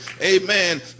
Amen